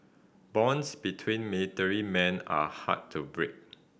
bonds between military men are hard to break